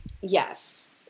Yes